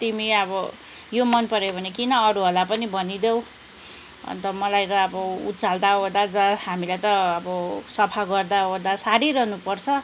तिमी अब यो मनपऱ्यो भने किन अरूहरूलाई पनि भनिदेऊ अन्त मलाई त अब उचाल्दाओर्दा हामीलाई त अब सफा गर्दाओर्दा सारिरहनुपर्छ